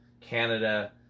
Canada